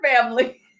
family